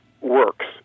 works